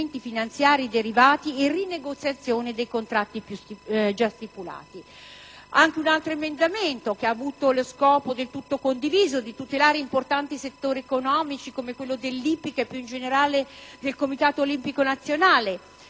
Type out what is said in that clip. anche un altro emendamento, che ha avuto lo scopo del tutto condiviso di tutelare importanti settori economici, come quello dell'ippica e più in generale del Comitato olimpico nazionale;